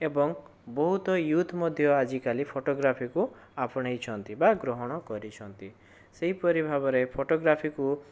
ଏବଂ ବହୁତ ୟୁଥ ମଧ୍ୟ ଆଜିକାଲି ଫଟୋଗ୍ରାଫିକୁ ଆପଣେଇଛନ୍ତି ବା ଗ୍ରହଣ କରିଛନ୍ତି ସେହିପରି ଭାବରେ ଫଟୋଗ୍ରାଫିକୁ